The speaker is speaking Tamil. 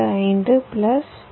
25 பிளஸ் 2